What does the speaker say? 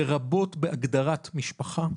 לרבות בהגדרת משפחה.